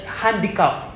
handicap